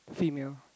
female